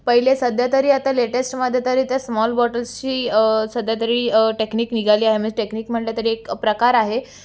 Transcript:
पहिले सध्या तरी आता लेटेस्टमध्ये तरी त्या स्मॉल बॉटल्सची सध्या तरी टॅक्निक निघाली आहे म्हणजे टेक्निक म्हटलं तरी एक प्रकार आहे